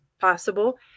possible